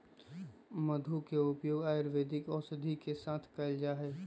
मधु के उपयोग आयुर्वेदिक औषधि के साथ कइल जाहई